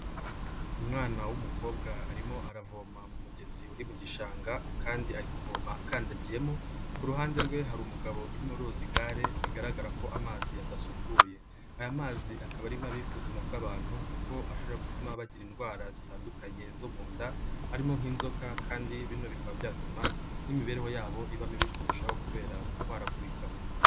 Umwana w'umukobwa arimo aravoma mu mugezi uri mu gishanga kandi ari kuvoma akandagiyemo, ku ruhande rwe hari umugabo urimo uroza igare bigaragara ko amazi adasukuye. Aya mazi akaba ari mabi ku buzima bw'abantu kuko ashobora gutuma bagira indwara zitandukanye zo mu nda harimo nk'inzoka kandi bino bikaba byatuma n'imibereho yabo iba mibi kurushaho kubera kurwaragurika.